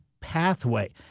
pathway